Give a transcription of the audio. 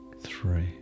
three